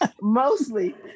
mostly